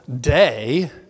day